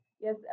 yes